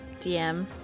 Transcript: DM